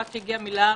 הצבעה בעד,